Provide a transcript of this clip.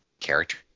character